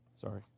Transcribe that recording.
sorry